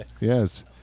Yes